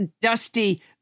dusty